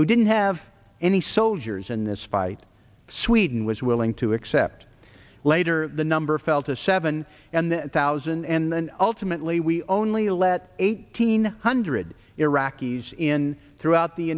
who didn't have any soldiers in this fight sweden was willing to accept later the number fell to seven and thousand and then ultimately we only let eighteen hundred iraqis in throughout the